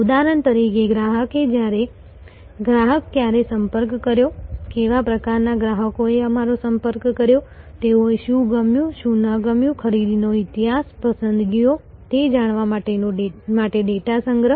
ઉદાહરણ તરીકે ગ્રાહકે ક્યારે સંપર્ક કર્યો કેવા પ્રકારના ગ્રાહકોએ અમારો સંપર્ક કર્યો તેઓને શું ગમ્યું શું ન ગમ્યું ખરીદીનો ઇતિહાસ પસંદગીઓ તે જાણવા માટે ડેટા સંગ્રહ